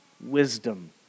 Wisdom